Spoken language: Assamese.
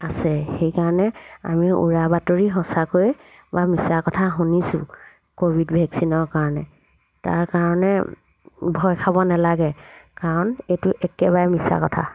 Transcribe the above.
আছে সেইকাৰণে আমি উৰা বাতৰি সঁচাকৈ বা মিছা কথা শুনিছোঁ ক'ভিড ভেকচিনৰ কাৰণে তাৰ কাৰণে ভয় খাব নালাগে কাৰণ এইটো একেবাৰে মিছা কথা